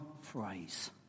phrase